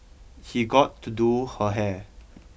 he got to do her hair